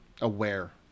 aware